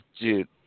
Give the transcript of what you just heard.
dude